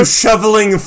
shoveling